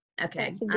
Okay